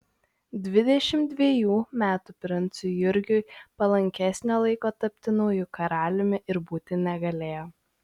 dvidešimt dvejų metų princui jurgiui palankesnio laiko tapti nauju karaliumi ir būti negalėjo